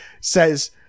says